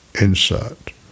insert